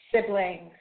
siblings